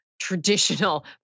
traditional